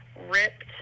ripped